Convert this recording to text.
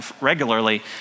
regularly